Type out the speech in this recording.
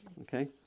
Okay